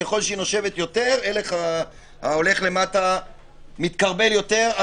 ככל שהיא נושבת יותר ההלך מתכרבל יותר,